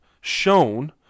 shown